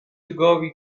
گاوی